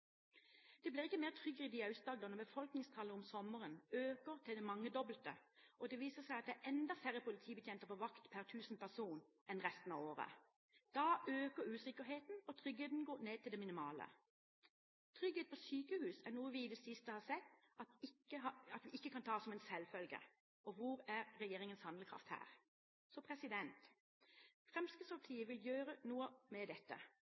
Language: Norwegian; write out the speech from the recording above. Det blir ikke mer trygghet i Aust-Agder når befolkningstallet om sommeren øker til det mangedobbelte, og det viser seg at det er enda færre politibetjenter på vakt per 1 000 personer enn under resten av året. Da øker usikkerheten, og tryggheten går ned til det minimale. Trygghet på sykehus er noe vi i det siste har sett at vi ikke kan ta som en selvfølge, og hvor er regjeringens handlekraft her? Fremskrittspartiet vil gjøre noe med dette.